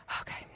Okay